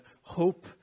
hope